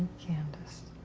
candace.